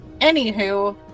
Anywho